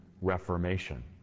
reformation